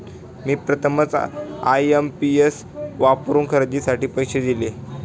मी प्रथमच आय.एम.पी.एस वापरून खरेदीसाठी पैसे दिले